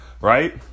right